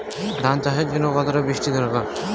ধান চাষের জন্য কতটা বৃষ্টির দরকার?